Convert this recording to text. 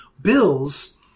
bills